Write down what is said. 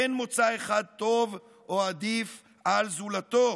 אין מוצא אחד טוב או עדיף על זולתו.